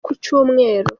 kucyumweru